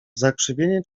zakrzywienie